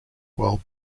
while